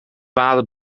waadde